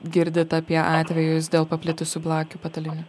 girdit apie atvejus dėl paplitusių blakių patalyne